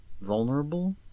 vulnerable